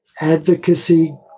Advocacy